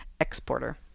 exporter